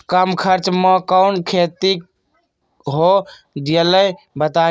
कम खर्च म कौन खेती हो जलई बताई?